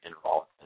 involved